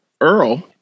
Earl